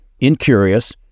incurious